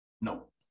No